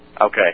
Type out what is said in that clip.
Okay